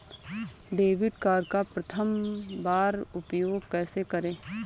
Debit card का प्रथम बार उपयोग कैसे करेंगे?